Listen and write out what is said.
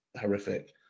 horrific